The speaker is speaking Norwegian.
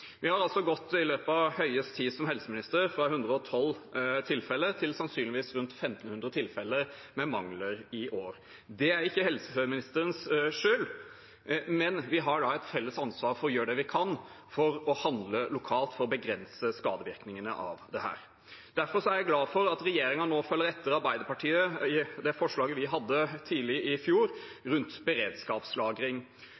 Vi har altså i løpet av Høies tid som helseminister gått fra 112 tilfeller med legemiddelmangel til sannsynligvis rundt 1 500 tilfeller i år. Det er ikke helseministerens skyld, men vi har et felles ansvar for å gjøre det vi kan for å handle lokalt, for å begrense skadevirkningene av dette. Derfor er jeg glad for at regjeringen nå følger etter Arbeiderpartiet i det forslaget vi hadde tidlig i